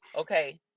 Okay